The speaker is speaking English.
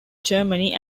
germany